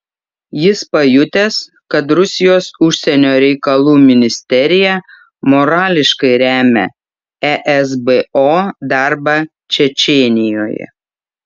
jis pajutęs kad rusijos užsienio reikalų ministerija morališkai remia esbo darbą čečėnijoje